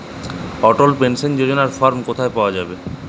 অটল pension যোজনার form কোথায় পাওয়া যাবে?